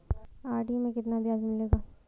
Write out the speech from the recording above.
RD में कितना ब्याज मिलेगा?